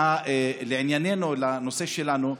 לענייננו, לנושא שלנו,